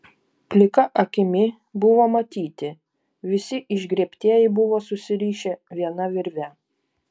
plika akimi buvo matyti visi išgriebtieji buvo susirišę viena virve